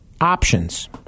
options